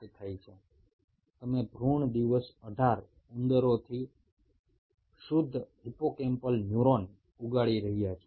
একটি উপায় হলো যেখানে তোমরা 18 তম দিনের ইঁদুরের ফিটাস থেকে বিশুদ্ধ হিপোক্যাম্পাল নিউরন সংগ্রহ করে তার বৃদ্ধি ঘটাচ্ছো